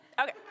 Okay